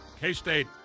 K-State